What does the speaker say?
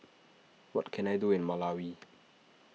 what can I do in Malawi